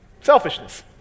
Selfishness